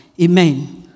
Amen